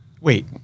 Wait